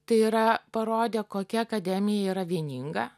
tai yra parodė kokia akademija yra vieninga